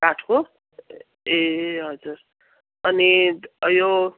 काठको ए हजुर अनि यो